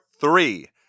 three